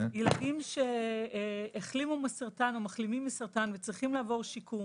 ילדים שהחלימו מסרטן או מחלימים מסרטן וצריכים לעבור שיקום